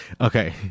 Okay